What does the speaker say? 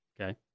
Okay